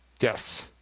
Yes